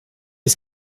est